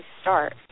start